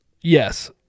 Yes